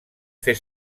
fer